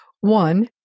One